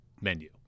menu